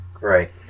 Right